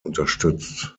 unterstützt